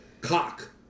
cock